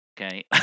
okay